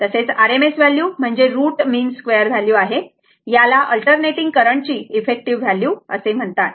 RMS value म्हणजे root mean square value आहे याला अल्टरनेटिंग करंटची इफेक्टिव व्हॅल्यू म्हणतात